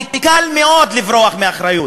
וקל מאוד לברוח מאחריות.